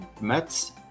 Mets